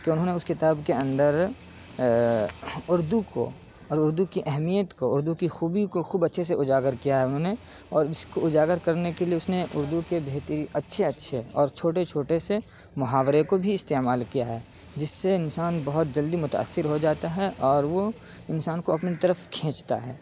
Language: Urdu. کہ انہوں نے اس کتاب کے اندر اردو کو اور اردو کی اہمیت کو اردو کی خوبی کو خوب اچھے سے اجاگر کیا ہے انہوں نے اور اس کو اجاگر کرنے کے لیے اس نے اردو کے اچھے اچھے اور چھوٹے چھوٹے سے محاورے کو بھی استعمال کیا ہے جس سے انسان بہت جلدی متأثر ہو جاتا ہے اور وہ انسان کو اپنی طرف کھینچتا ہے